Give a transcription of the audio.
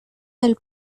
del